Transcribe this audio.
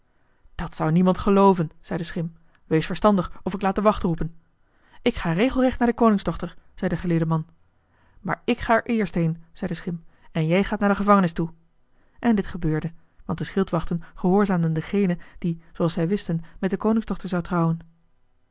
dat zou niemand gelooven zei de schim wees verstandig of ik laat de wacht roepen ik ga regelrecht naar de koningsdochter zei de geleerde man maar ik ga er eerst heen zei de schim en jij gaat naar de gevangenis toe en dit gebeurde want de schildwachten gehoorzaamden dengene die zooals zij wisten met de koningsdochter zou trouwen